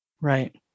Right